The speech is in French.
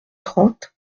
trente